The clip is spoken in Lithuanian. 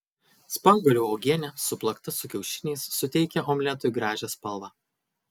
spanguolių uogienė suplakta su kiaušiniais suteikia omletui gražią spalvą